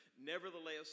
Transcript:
Nevertheless